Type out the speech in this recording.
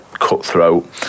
cutthroat